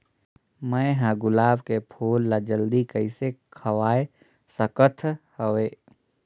मैं ह गुलाब के फूल ला जल्दी कइसे खवाय सकथ हवे?